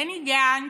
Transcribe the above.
בני גנץ,